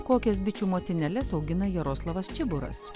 kokias bičių motinėles augina jaroslavas čiburas